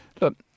look